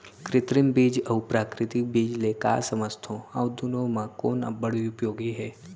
कृत्रिम बीज अऊ प्राकृतिक बीज ले का समझथो अऊ दुनो म कोन अब्बड़ उपयोगी हे?